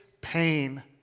pain